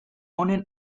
honen